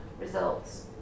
results